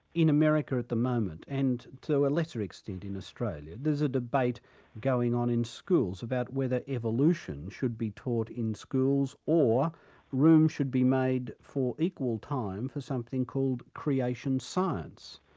in america at the moment, and to a lesser extent in australia, there's a debate going on in schools about whether evolution should be taught in schools, or room should be made for equal time for something called creation science.